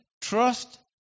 trust